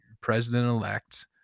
president-elect